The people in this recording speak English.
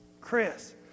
Chris